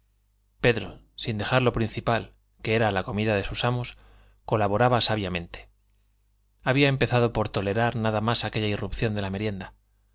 pedro sin dejar lo principal que era la comida de sus amos colaboraba sabiamente había empezado por tolerar nada más aquella irrupción de la merienda